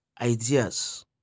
ideas